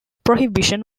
prohibition